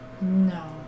No